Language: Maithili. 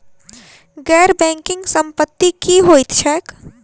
गैर बैंकिंग संपति की होइत छैक?